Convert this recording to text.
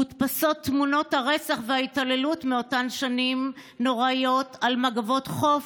מודפסות תמונות הרצח וההתעללות מאותן שנים נוראיות על מגבות חוף,